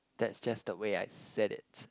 that's just the way I said it